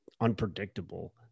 unpredictable